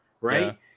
Right